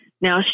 Now